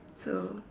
so